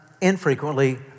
infrequently